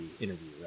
interview